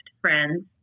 friends